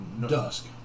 dusk